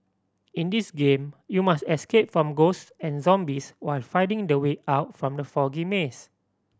in this game you must escape from ghosts and zombies while finding the way out from the foggy maze